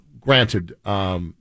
granted